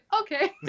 Okay